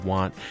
Want